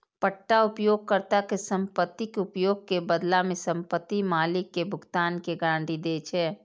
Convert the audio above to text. पट्टा उपयोगकर्ता कें संपत्तिक उपयोग के बदला मे संपत्ति मालिक कें भुगतान के गारंटी दै छै